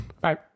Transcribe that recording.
Bye